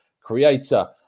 creator